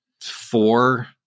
four